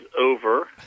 over